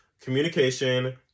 communication